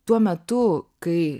tuo metu kai